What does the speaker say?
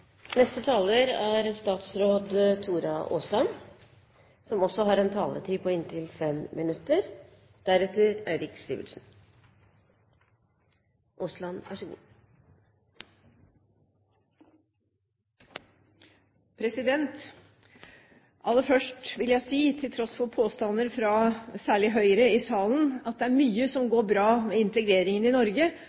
Aller først vil jeg si, til tross for påstander fra særlig Høyre i salen, at det er mye som går bra med integreringen i Norge,